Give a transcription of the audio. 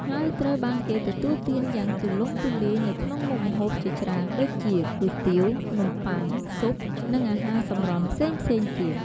ហើយត្រូវបានគេទទួលទានយ៉ាងទូលំទូលាយនៅក្នុងមុខម្ហូបជាច្រើនដូចជា គុយទាវ នំបុ័ង ស៊ុប និងអាហារសម្រន់ផ្សេងៗទៀត។